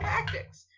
Tactics